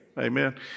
Amen